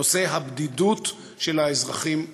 נושא הבדידות של האזרחים הוותיקים,